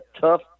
tough